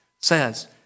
says